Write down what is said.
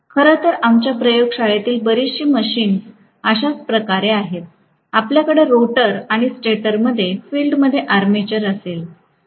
खरं तर आमच्या प्रयोगशाळेतील बरीच मशीन्स अशा प्रकारे आहेत आपल्याकडे रोटर आणि स्टेटरमध्ये फील्डमध्ये आर्मेचर असेल